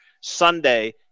Sunday